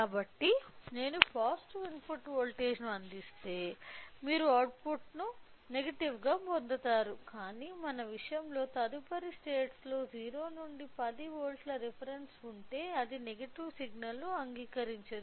కాబట్టి మేము positive input వోల్టేజ్ను అందిస్తే మీరు అవుట్పుట్ను నెగటివ్ గా పొందుతారు కాని మన విషయంలో తదుపరి స్టేట్స్ లో 0 నుండి 10 వోల్ట్ల రిఫరెన్స్ ఉంటే అది నెగటివ్ సిగ్నల్ను అంగీకరించదు